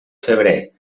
febrer